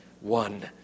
One